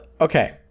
Okay